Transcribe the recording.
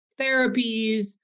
therapies